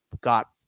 got